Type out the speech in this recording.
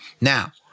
Now